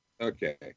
Okay